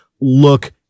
look